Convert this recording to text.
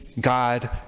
God